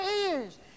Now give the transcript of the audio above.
ears